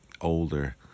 older